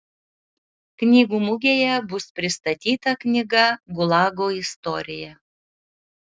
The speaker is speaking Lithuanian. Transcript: knygų mugėje bus pristatyta knyga gulago istorija